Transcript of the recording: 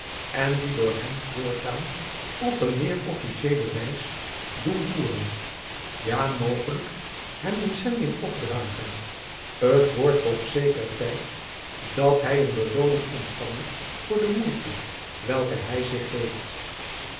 en die door hem voortaan op een meer officieele wijs doen voeren ja mogelijk hem een zending opdragen t wordt toch zeker tijd dat hy een belooning ontfange voor de moeite welke hy zich geeft